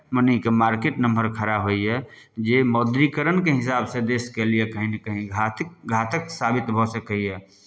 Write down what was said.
मनीके market नम्हर खड़ा होइए जे मौद्रीकरणके हिसाबसँ देशके लिए कहीँ ने कहीँ घातिक घातक साबित भऽ सकैए